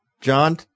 John